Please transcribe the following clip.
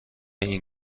این